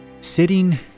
sitting